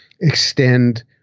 extend